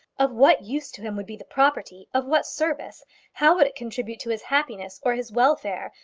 of what use to him would be the property of what service how would it contribute to his happiness or his welfare,